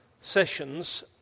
sessions